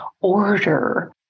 order